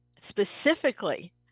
specifically